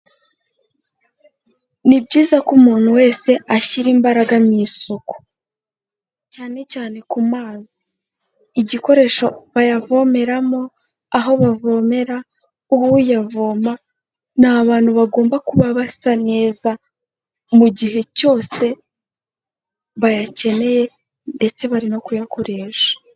Ni byiza ko umuntu wese ashyira imbaraga mu isuku, cyane cyane ku mazi, igikoresho bayavomeramo, aho bavomera, uyavoma ni abantu bagomba kuba basa neza mu gihe cyose bayakeneye ndetse bari no kuyakoresha.